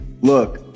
Look